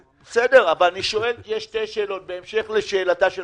בסדר, אבל יש לי שתי שאלות, בהמשך לשאלתה של